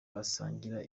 basangira